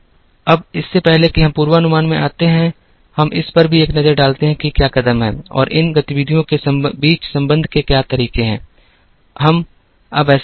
अब इससे पहले कि हम पूर्वानुमान में आते हैं हम इस पर भी एक नज़र डालते हैं कि क्या कदम हैं और इन गतिविधियों के बीच संबंध के तरीके क्या हैं हम अब ऐसा करेंगे